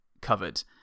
covered